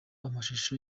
amashusho